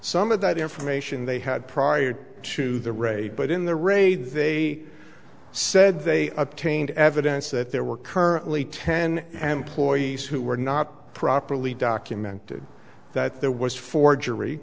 some of that information they had prior to the raid but in the raid they said they obtained evidence that there were currently ten am ploy who were not properly documented that there was forgery